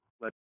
let